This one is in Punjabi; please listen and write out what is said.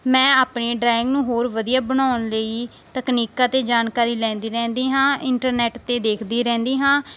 ਮੈਂ ਆਪਣੀ ਡਰਾਇੰਗ ਨੂੰ ਹੋਰ ਵਧੀਆ ਬਣਾਉਣ ਲਈ ਤਕਨੀਕਾਂ 'ਤੇ ਜਾਣਕਾਰੀ ਲੈਂਦੀ ਰਹਿੰਦੀ ਹਾਂ ਇੰਟਰਨੈਟ 'ਤੇ ਦੇਖਦੀ ਰਹਿੰਦੀ ਹਾਂ